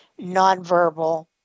nonverbal